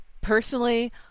personally